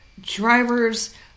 driver's